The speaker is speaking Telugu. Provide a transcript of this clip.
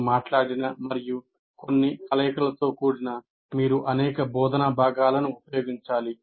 మేము మాట్లాడిన మరియు కొన్ని కలయికలతో కూడిన మీరు అనేక బోధనా భాగాలను ఉపయోగించాలి